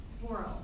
world